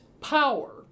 power